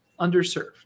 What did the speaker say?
underserved